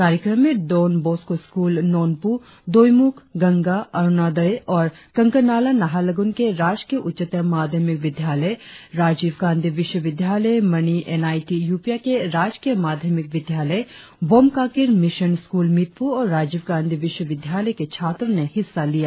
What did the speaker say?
कार्यक्रम में Don Bosco school नोन्पू दोईमुख गंगा अरुणोदय और कंकरनाला नाहरलगुन के राजकीय उच्चतर माध्यमिक विद्यालय राजीव गांधी विश्व विद्यालय मनी एन आई टी यूपिया के राजकीय माध्यमिक विद्यालय बोम काकिर मिशन स्कूल मिडपू और राजीव गांधी विश्वविद्यालय के छात्रो ने हिस्सा लिया